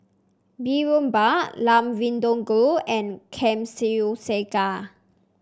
Boribap Lamb Vindaloo and